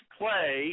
play